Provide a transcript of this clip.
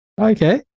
Okay